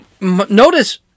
notice